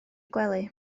gwely